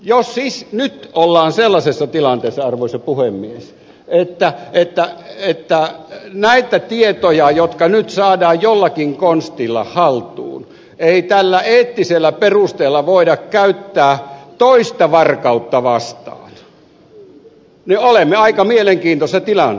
jos siis nyt ollaan sellaisessa tilanteessa arvoisa puhemies että näitä tietoja jotka nyt saadaan jollakin konstilla haltuun ei tällä eettisellä perusteella voida käyttää toista varkautta vastaan niin olemme aika mielenkiintoisessa tilanteessa